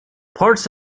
parts